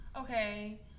okay